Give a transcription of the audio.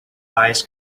eyes